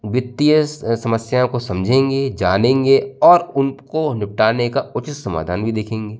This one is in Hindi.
वित्तीय समस्या को समझेंगे जानेंगे और उनको निपटाने का उचित समाधान भी देखेंगे